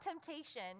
temptation